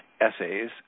essays